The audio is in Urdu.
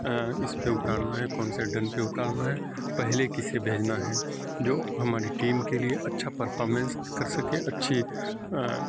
اس پہ اتارنا ہے کون سے ڈن پہ اتارنا ہے پہلے کسے بھیجنا ہے جو ہماری ٹیم کے لیے اچھا پرفارمینس کر سکے اچھی